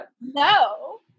no